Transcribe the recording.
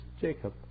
Jacob